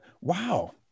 wow